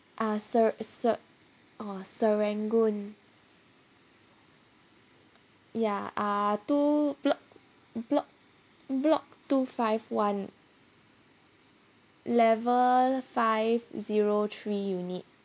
ah se~ se~ orh serangoon ya uh two block block block two five one level five zero three unit